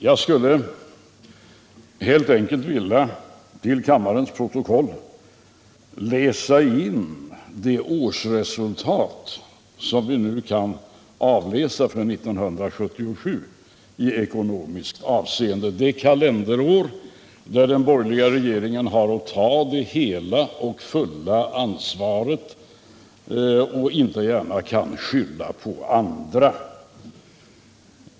Jag skulle helt enkelt vilja till kammarens protokoll läsa in de årsresultat i ekonomiskt avseende som vi nu kan avläsa för 1977, det kalenderår under vilket regeringen har att ta det hela och fulla ansvaret och inte gärna kan skylla på andra.